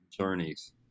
journeys